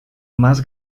más